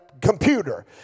Computer